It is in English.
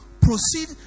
proceed